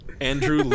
Andrew